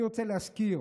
אני רוצה להזכיר